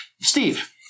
Steve